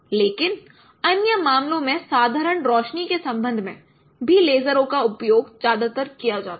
लेकिन अन्य मामलों में साधारण रोशनी के संबंध में भी लेज़रों का उपयोग ज्यादातर किया जाता है